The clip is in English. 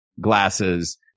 glasses